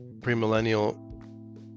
pre-millennial